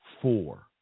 four